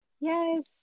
Yes